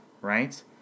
right